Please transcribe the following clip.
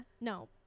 no